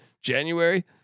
January